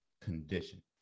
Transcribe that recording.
condition